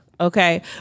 okay